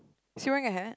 is he wearing a hat